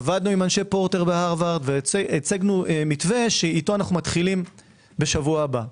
עבדנו עם אנשי פורטר והרווארד והצגנו מתווה שאותו אנו מתחילים שבוע הבא.